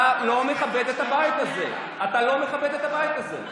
אתה לא מכבד את הבית הזה.